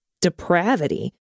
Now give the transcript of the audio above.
depravity